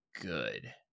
good